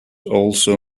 also